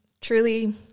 truly